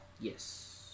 Yes